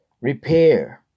repair